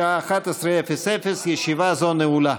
בשעה 11:00. ישיבה זו נעולה.